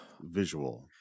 visual